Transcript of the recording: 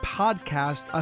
podcast